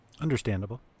Understandable